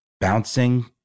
bouncing